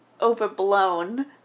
overblown